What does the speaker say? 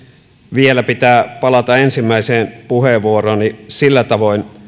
vielä pitää palata ensimmäiseen puheenvuorooni sillä tavoin